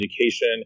education